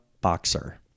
Boxer